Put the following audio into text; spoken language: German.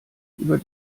über